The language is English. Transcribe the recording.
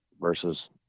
versus